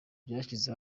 byishyize